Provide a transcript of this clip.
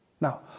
Now